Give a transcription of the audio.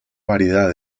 variedad